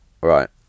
right